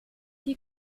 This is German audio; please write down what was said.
die